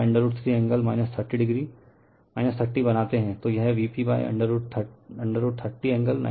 Glossary English Word Word Meaning possible possible संभव calculation calculation गणना करना dependance डिपेंडेंस निर्भरता relation रिलेशन संबंध